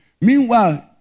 Meanwhile